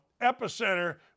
epicenter